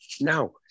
Now